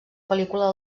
pel·lícula